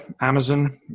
Amazon